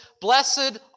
blessed